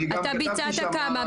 כמה ניתוחים כאלה ביצעת?